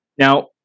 Now